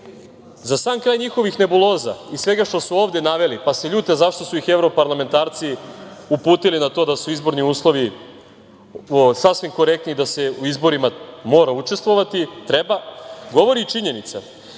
sam kraj njihovih nebuloza i svega što su ovde naveli, pa se ljute zašto su ih evroparlamentarci uputili na to da su izborni uslovi sasvim korektni, da se na izborima mora učestvovati i treba, govori činjenica